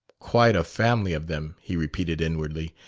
quite a family of them, he repeated inwardly.